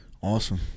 Awesome